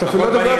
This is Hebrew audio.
אתה מדבר,